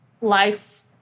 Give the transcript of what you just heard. life's